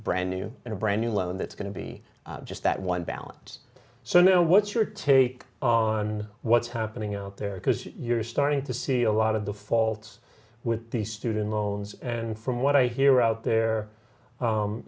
brand new and a brand new loan that's going to be just that one balance so you know what your to take on what's happening out there because you're starting to see a lot of the faults with these student loans and from what i hear out there